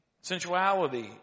sensuality